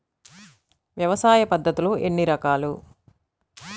వ్యవసాయ పద్ధతులు ఎన్ని రకాలు?